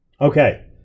Okay